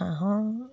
হাঁহৰ